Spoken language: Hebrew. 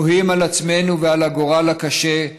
תוהים על עצמנו ועל הגורל הקשה,